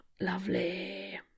Lovely